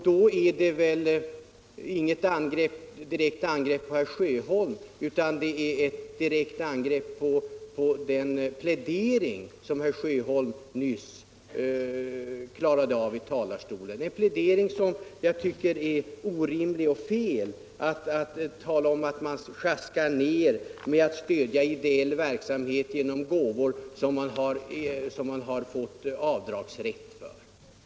Då är det väl inte fråga om något angrepp på herr Sjöholms person utan det är ett direkt angrepp på herr Sjöholms plädering i talarstolen. Jag tycker det är orimligt och fel att tala om att man ”sjaskar ner” ideell verksamhet genom gåvor som man har fått avdragsrätt för.